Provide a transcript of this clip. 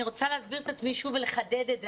אני רוצה להסביר את זה שוב ולחדד את זה.